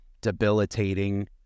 debilitating